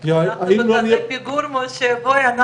במיוחד שאנחנו בגידול האוכלוסייה בין הגבוהים במדינות ה-OECD.